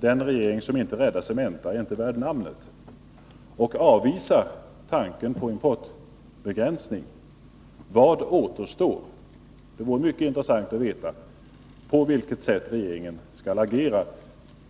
den regering som inte räddar Cementa inte är värd sitt nämn och om tanken på importbegränsning avvisas, kan man fråga sig: Vad återstår då? Det vore mycket intressant att få reda på hur regeringen skall agera.